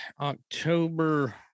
October